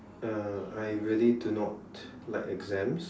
uh I really do not like exams